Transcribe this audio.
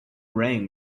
rang